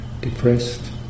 Depressed